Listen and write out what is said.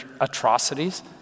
atrocities